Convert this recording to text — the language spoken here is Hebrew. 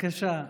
בבקשה.